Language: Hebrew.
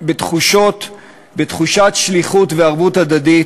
בתחושת שליחות וערבות הדדית,